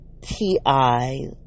TI